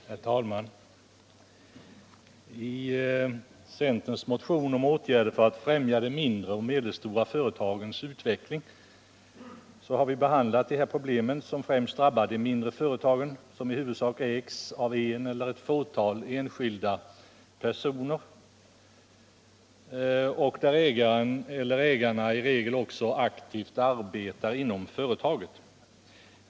Herr talman! I centerns motion om åtgärder för att främja de mindre och medelstora företagens utveckling har vi behandlat de problem som främst drabbar de mindre företagen som i huvudsak ägs av en eller ett fåtal enskilda personer, och där ägaren eller ägarna i regel aktivt arbetar inom företaget.